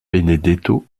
benedetto